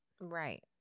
Right